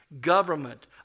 government